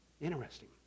Interesting